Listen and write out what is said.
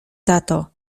tato